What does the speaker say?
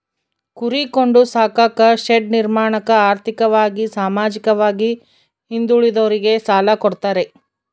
ಕುರಿ ಕೊಂಡು ಸಾಕಾಕ ಶೆಡ್ ನಿರ್ಮಾಣಕ ಆರ್ಥಿಕವಾಗಿ ಸಾಮಾಜಿಕವಾಗಿ ಹಿಂದುಳಿದೋರಿಗೆ ಸಾಲ ಕೊಡ್ತಾರೆ